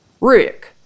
Rick